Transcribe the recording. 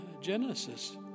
Genesis